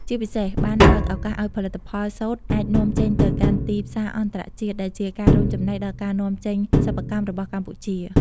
ជាពិសេសបានបើកឱកាសឲ្យផលិតផលសូត្រអាច នាំចេញទៅកាន់ទីផ្សារអន្តរជាតិ ដែលជាការរួមចំណែកដល់ការនាំចេញសិប្បកម្មរបស់កម្ពុជា។